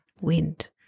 wind